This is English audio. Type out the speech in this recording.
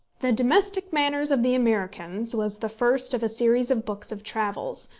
the domestic manners of the americans was the first of a series of books of travels,